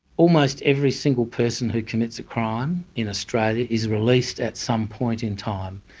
almost every single person who commits a crime in australia is released at some point in time.